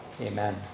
Amen